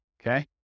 okay